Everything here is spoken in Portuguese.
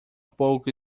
pouco